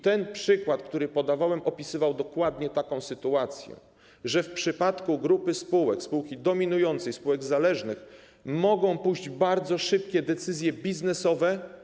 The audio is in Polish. Ten przykład, który podawałem, opisywał dokładnie taką sytuację: że w przypadku grupy spółek, spółki dominującej i spółek zależnych, mogą pójść bardzo szybkie decyzje biznesowe.